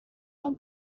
from